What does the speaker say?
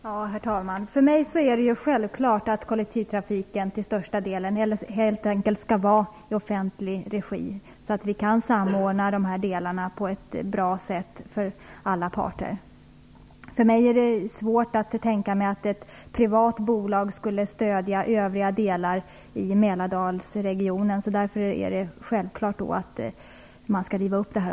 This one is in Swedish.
Herr talman! För mig är det självklart att kollektivtrafiken till största delen helt enkelt skall vara i offentlig regi, så att vi kan samordna delarna på ett för alla parter bra sätt. Jag har svårt att tänka mig att ett privat bolag skulle stödja övriga delar i Mälardalsregionen. Därför är det självklart att detta avtal skall rivas upp.